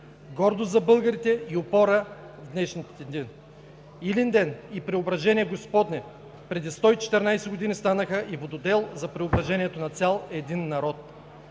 гордост за българите и опора в днешните дни. Илинден и Преображение Господне преди 114 години станаха и вододел за преображението на цял един народ.